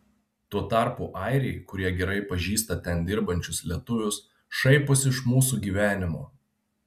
tuo tarpu airiai kurie gerai pažįsta ten dirbančius lietuvius šaiposi iš mūsų gyvenimo